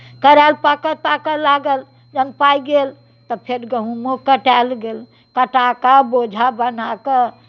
केराउ पाकय ताकय लागल जखन पाकि गेल तखन फेर गहूँमो कटायल गेल कटा कऽ बोझा बना कऽ